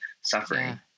suffering